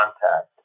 contact